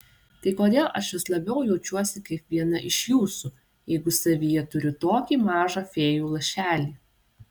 tai kodėl aš vis labiau jaučiuosi kaip viena iš jūsų jeigu savyje turiu tokį mažą fėjų lašelį